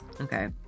Okay